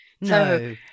No